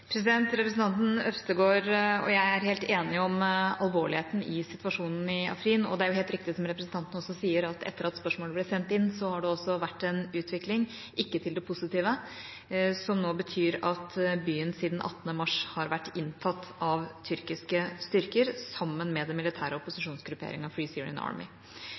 Representanten Øvstegård og jeg er helt enige om alvorligheten i situasjonen i Afrin, og det er helt riktig, som representanten også sier, at etter at spørsmålet ble sendt inn, har det vært en utvikling – ikke til det positive – som nå betyr at byen siden 18. mars har vært inntatt av tyrkiske styrker sammen med den militære opposisjonsgrupperingen Free Syrian Army.